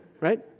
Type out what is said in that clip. right